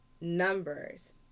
numbers